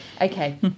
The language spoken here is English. Okay